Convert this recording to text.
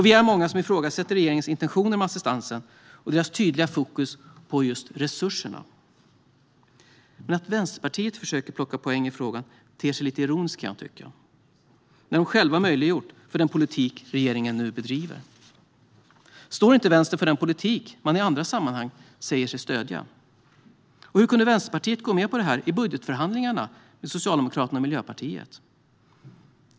Vi är många som ifrågasätter regeringens intentioner med assistansen och dess tydliga fokus på resurser, men att Vänsterpartiet försöker plocka poäng i frågan ter sig lite ironiskt, kan jag tycka. De har nämligen själva möjliggjort den politik regeringen nu bedriver. Står inte Vänstern för den politik man i andra sammanhang säger sig stödja? Hur kunde Vänsterpartiet gå med på detta i budgetförhandlingarna med Socialdemokraterna och Miljöpartiet?